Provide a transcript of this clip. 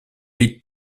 ait